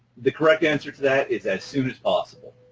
the correct answer to that is as soon as possible.